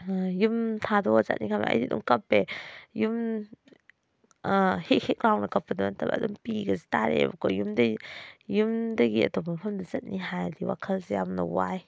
ꯌꯨꯝ ꯊꯥꯗꯣꯛꯑ ꯆꯠꯅꯤ ꯈꯟꯕꯗ ꯑꯩꯗꯤ ꯑꯗꯨꯝ ꯀꯞꯄꯦ ꯌꯨꯝ ꯍꯤꯛ ꯍꯤꯛ ꯂꯥꯎꯅ ꯀꯞꯄꯗꯣ ꯅꯠꯇꯕ ꯑꯗꯨꯝ ꯄꯤꯒꯁꯦ ꯇꯥꯔꯛꯑꯦꯕꯀꯣ ꯌꯨꯝꯗꯒꯤ ꯌꯨꯝꯗꯒꯤ ꯑꯇꯣꯞꯄ ꯃꯐꯝꯗ ꯆꯠꯅꯤ ꯍꯥꯏꯔꯗꯤ ꯋꯥꯈꯜꯁꯦ ꯌꯥꯝꯅ ꯋꯥꯏ